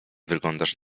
wyglądasz